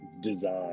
design